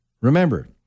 Remember